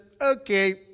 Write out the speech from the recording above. Okay